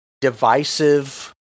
divisive